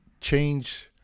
change